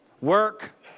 Work